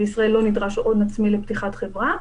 ובישראל לא נדרש הון עצמי לפתיחת חברה.